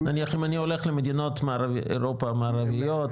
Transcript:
נניח אם אני הולך למדינות מערב אירופה המערביות,